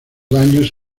daños